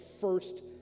first